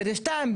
דרעי 2,